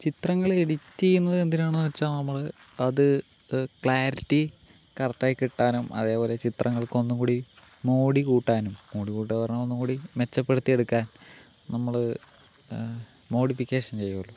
ചിത്രങ്ങൾ എഡിറ്റ് ചെയ്യുന്നത് എന്തിനാണന്ന് വച്ചാൽ നമ്മള് അത് ക്ലാരിറ്റി കറക്റ്റ് ആയി കിട്ടാനും അതേപോലെ ചിത്രങ്ങൾക്ക് ഒന്ന് കൂടി മോടി കൂട്ടാനും മോടി കൂട്ടാകാന്ന് പറഞ്ഞ് ഒന്ന് കൂടി മെച്ചപ്പെടുത്തി എടുക്കാൻ നമ്മള് മോഡിഫിക്കേഷൻ ചെയ്യും